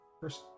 first